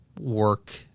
work